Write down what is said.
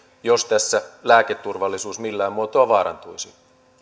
jos tässä lääketurvallisuus millään muotoa vaarantuisi